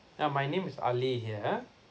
yeah my name is ali here